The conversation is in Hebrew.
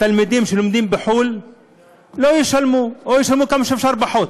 התלמידים שלומדים בחו"ל לא ישלמו או ישלמו כמה שאפשר פחות.